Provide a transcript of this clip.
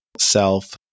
self